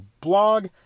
blog